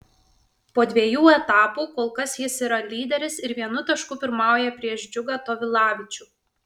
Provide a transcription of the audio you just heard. po dviejų etapų kol kas jis yra lyderis ir vienu tašku pirmauja prieš džiugą tovilavičių